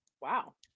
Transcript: Wow